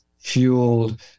fueled